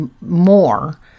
more